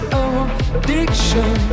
addiction